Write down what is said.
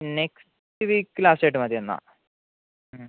next week last ആയിട്ട് മതി എന്നാൽ